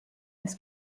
his